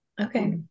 Okay